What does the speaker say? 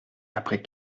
après